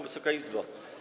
Wysoka Izbo!